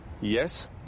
Yes